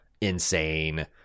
insane